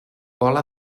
vola